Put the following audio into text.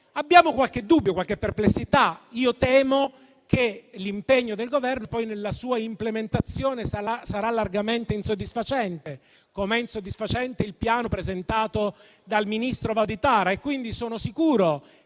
Abbiamo qualche dubbio e qualche perplessità. Temo che l'impegno del Governo poi nella sua implementazione sarà largamente insoddisfacente, come è insoddisfacente il piano presentato dal ministro Valditara; quindi sono sicuro